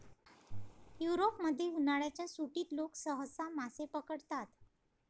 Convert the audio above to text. युरोपमध्ये, उन्हाळ्याच्या सुट्टीत लोक सहसा मासे पकडतात